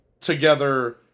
together